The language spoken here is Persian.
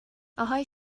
آهای